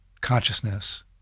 consciousness